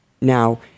Now